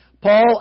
Paul